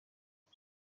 ibi